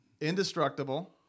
indestructible